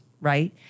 right